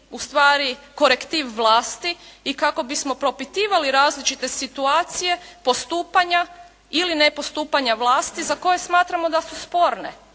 ustvari korektiv vlasti i kako bismo propitivali različite situacije postupanja ili nepostupanja vlasti za koje smatramo da su sporne